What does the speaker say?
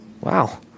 Wow